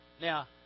Now